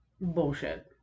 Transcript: bullshit